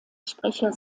sprecher